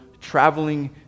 traveling